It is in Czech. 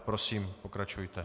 Prosím, pokračujte.